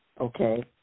okay